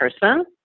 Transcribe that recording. person